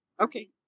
Okay